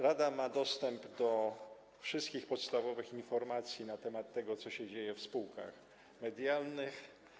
Rada ma dostęp do wszystkich podstawowych informacji na temat tego, co się dzieje w spółkach medialnych.